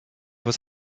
was